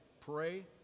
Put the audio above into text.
pray